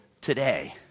today